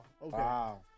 Wow